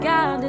God